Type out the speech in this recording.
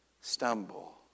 stumble